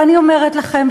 ואני אומרת לכם,